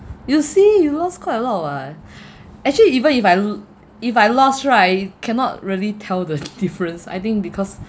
you see you lost quite a lot [what] actually even if I lo~ if I lost right I cannot really tell the difference I think because